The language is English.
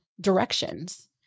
directions